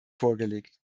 vorgelegt